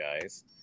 guys